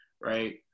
Right